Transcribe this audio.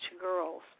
girls